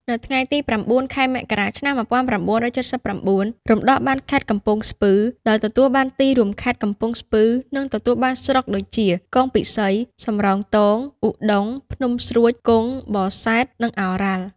នៅថ្ងៃទី ០៩ ខែមករា ឆ្នាំ ១៩៧៩ រំដោះបានខេត្តកំពង់ស្ពឺ ដោយទទួលបានទីរួមខេត្ត កំពង់ស្ពឺ និងទទួលបានស្រុកដូចជា គងពិសី សំរោងទង ឧដុង្គ ភ្នំស្រួច ផ្គង់ បសេដ្ឋ និងឱរ៉ាល់។